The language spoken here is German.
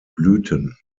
blüten